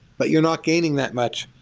but you're not gaining that much.